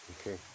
okay